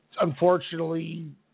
unfortunately